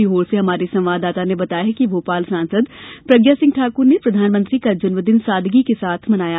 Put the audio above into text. सीहोर से हमारे संवाददाता ने बताया है कि भोपाल सांसद प्रज्ञा ठाकुर ने प्रधानमंत्री का जन्मदिवस सादगी के साथ मनाया